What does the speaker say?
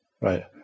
Right